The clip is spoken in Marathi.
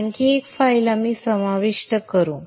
आणखी एक फाईल आम्ही समाविष्ट करू